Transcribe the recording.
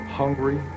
hungry